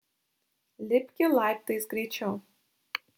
lipki laiptais greičiau